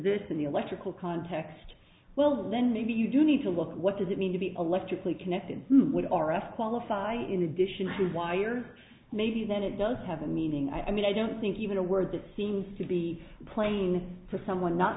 this in the electrical context well then maybe you do need to look at what does it mean to be electrically connected with r f qualify in addition to the wire maybe then it does have a meaning i mean i don't think even a word that seems to be playing for someone not